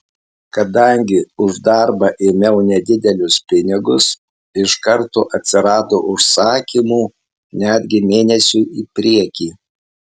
kadangi už darbą ėmiau nedidelius pinigus iš karto atsirado užsakymų netgi mėnesiui į priekį